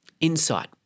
insight